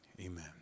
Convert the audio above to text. amen